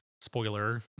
spoiler